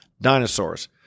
dinosaurs